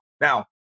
Now